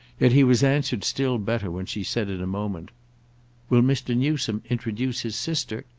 yet he was answered still better when she said in a moment will mr. newsome introduce his sister?